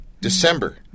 December